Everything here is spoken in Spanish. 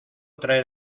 traer